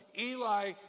Eli